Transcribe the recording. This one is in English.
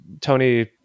tony